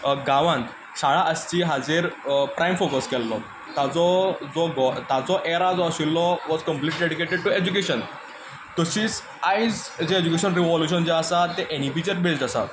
गांवांत शाळा आसची हाचेर प्रायम फॉकस केल्लो ताचो जो ताचो एरा जो आशिल्लो was completely dedicated to education तशीच आयज जें एज्युकेशन रेव्होल्युशन आसा तें एनइपीचेर बेस्ड आसा